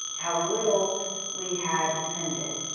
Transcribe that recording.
how little we had mended,